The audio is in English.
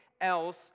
else